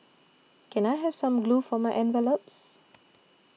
can I have some glue for my envelopes